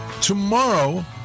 tomorrow